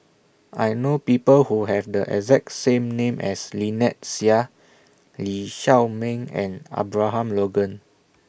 I know People Who Have The exact same name as Lynnette Seah Lee Shao Meng and Abraham Logan